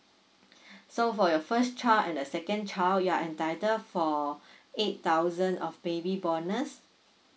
so for your first child and the second child you are entitled for eight thousand of baby bonus